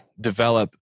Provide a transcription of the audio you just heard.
develop